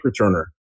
returner